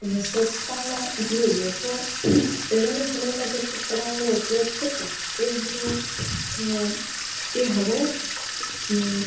સ્વચ્છતામાં જોઇએ તો પહેલા સમયમા જે કપડાઓનો ઉપયોગ થતો એ હવે એ હવે એ હવે